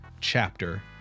chapter